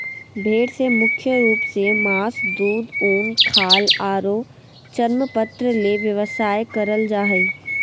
भेड़ से मुख्य रूप से मास, दूध, उन, खाल आरो चर्मपत्र ले व्यवसाय करल जा हई